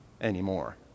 anymore